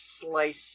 slice